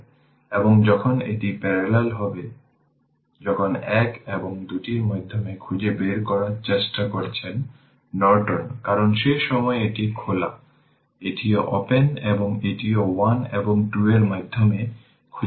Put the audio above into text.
সুতরাং initial condition এর পরিপ্রেক্ষিতে এটি হল i এবং এটি হল i y খুঁজে বের করতে হবে i t এবং i y t দেওয়া যে I0 1 অ্যাম্পিয়ার